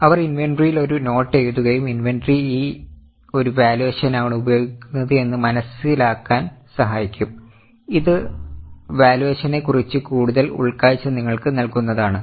അവർ ഇന്വെന്ററിയിൽ ഒരു നോട്ട് എഴുതുകയും ഇൻവെന്ററി ഈ ഒരു വാല്യുവേഷൻ ആണ് ഉപയോഗിക്കുന്നത് എന്ന് മനസ്സിലാക്കാൻ സഹായിക്കും ഇത് വാല്യുവേഷനെക്കുറിച്ച് കൂടുതൽ ഉൾക്കാഴ്ച നിങ്ങൾക്ക് നൽകുന്നതാണ്